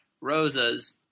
Rosa's